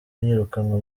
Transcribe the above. yirukanwa